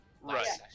Right